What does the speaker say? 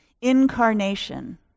incarnation